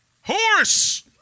horse